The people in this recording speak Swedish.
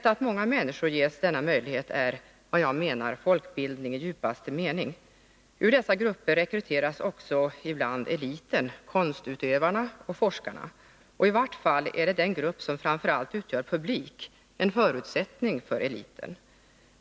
Att många människor ges denna möjlighet är enligt min mening kriteriet på folkbildningsverksamhet i djupaste mening. Ur dessa grupper rekryteras också ibland eliten, konstutövarna och forskarna. Och i varje fall är detta den grupp som framför allt utgör publik, en förutsättning för eliten.